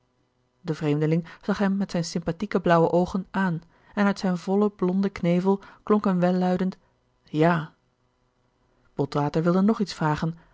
de vreemdeling zag hem met zijne sympathieke blauwe oogen aan en uit zijn vollen blonden knevel klonk een welluidend ja botwater wilde nog iets vragen